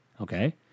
okay